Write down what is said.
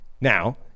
Now